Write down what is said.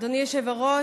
אדוני היושב-ראש.